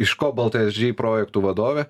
iš cobalt esg projektų vadovė